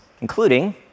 including